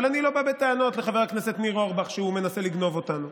אבל אני לא בא בטענות לחבר הכנסת ניר אורבך שהוא מנסה לגנוב אותנו.